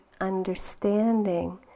understanding